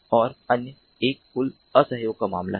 और अन्य एक कुल असहयोग का मामला है